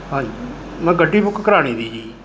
ਹਾਂਜੀ ਮੈਂ ਗੱਡੀ ਬੁੱਕ ਕਰਾਉਣੀ ਤੀ ਜੀ